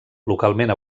localment